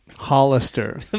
Hollister